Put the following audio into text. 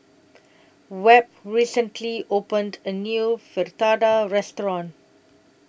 Webb recently opened A New Fritada Restaurant